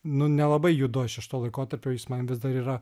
nu nelabai judu aš iš to laikotarpio jis man vis dar yra